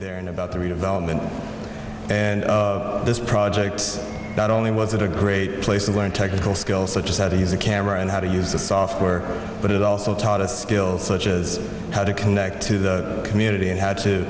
there in about the redevelopment and this projects not only was it a great place to learn technical skills such as how to use a camera and how to use the software but it also taught us skills such as how to connect to the community and how to